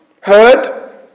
heard